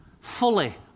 fully